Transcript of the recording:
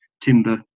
timber